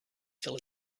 fell